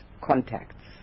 contacts